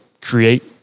create